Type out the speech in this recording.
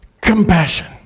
Compassion